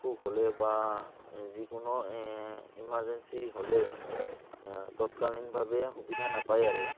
অসুখ হ'লে বা যিকোনো ইমাৰ্জেঞ্চি হ'লে তৎকালীনভাৱে সুবিধা নাপায় আৰু